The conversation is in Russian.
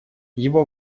его